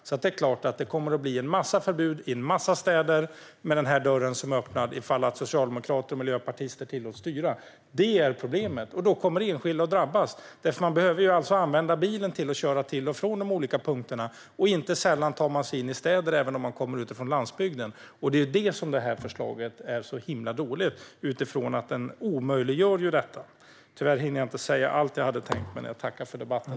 Det är därför klart att det kommer att bli en massa förbud i en massa städer med denna dörr som är öppnad om socialdemokrater och miljöpartister tillåts styra. Det är problemet. Då kommer enskilda att drabbas. Människor behöver använda bilen för att köra till och från de olika punkterna. Och inte sällan tar man sig in i städer, även om man kommer utifrån landsbygden. Det är därför som detta förslag är så dåligt, eftersom det omöjliggör detta. Jag hinner tyvärr inte säga allt jag hade tänkt säga, men jag tackar för debatten.